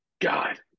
God